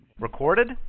Recorded